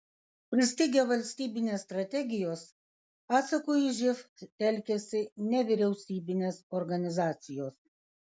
pristigę valstybinės strategijos atsakui į živ telkiasi nevyriausybinės organizacijos